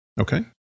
Okay